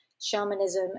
shamanism